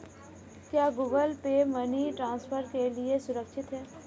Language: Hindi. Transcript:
क्या गूगल पे मनी ट्रांसफर के लिए सुरक्षित है?